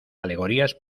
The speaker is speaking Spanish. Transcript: alegorías